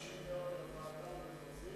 נתנו 60 יום לוועדה המחוזית